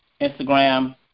Instagram